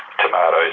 Tomatoes